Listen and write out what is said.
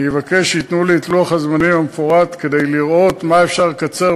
אני אבקש שייתנו לי את לוח-הזמנים המפורט כדי לראות במה אפשר לקצר.